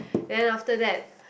then after that